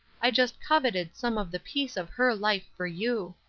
i just coveted some of the peace of her life for you.